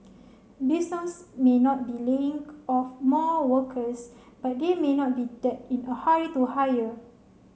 businesses may not be laying off more workers but they may not be that in a hurry to hire